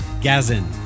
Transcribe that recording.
Gazin